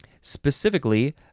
Specifically